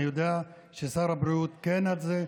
אני יודע ששר הבריאות כן על זה,